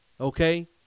okay